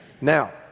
Now